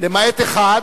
למעט אחד,